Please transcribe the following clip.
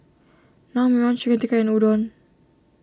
Naengmyeon Chicken Tikka and Udon